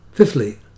Fifthly